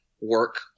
work